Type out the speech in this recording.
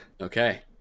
Okay